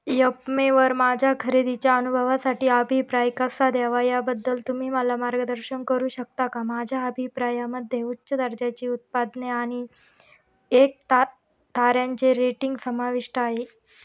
यपमेवर माझ्या खरेदीच्या अनुभवासाठी अभिप्राय कसा द्यावा याबद्दल तुम्ही मला मार्गदर्शन करू शकता का माझ्या अभिप्रायामध्ये उच्च दर्जाची उत्पादने आणि एक ता ताऱ्यांचे रेटिंग समाविष्ट आहे